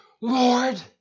Lord